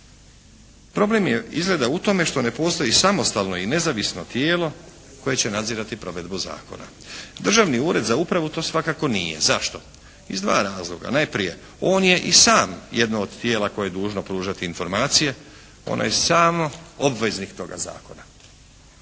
Problem je izgleda u tome što ne postoji samostalno i nezavisno tijelo koje će nadzirati provedbu zakona. Državni ured za upravu to svakako nije. Zašto? Iz dva razloga. Najprije, on je i sam jedno od tijela koje je dužno pružati informacije. Ono je samo obveznik toga zakona.